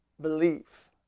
belief